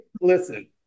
listen